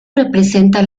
representa